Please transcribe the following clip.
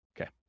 Okay